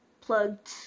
plugged